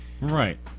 Right